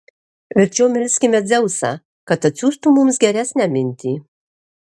verčiau melskime dzeusą kad atsiųstų mums geresnę mintį